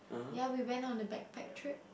ya we went on the backpack trip